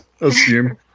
assume